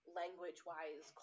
language-wise